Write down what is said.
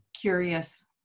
Curious